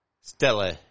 Stella